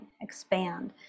expand